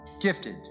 Gifted